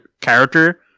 character